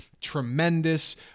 Tremendous